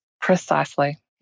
Precisely